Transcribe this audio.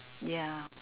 ya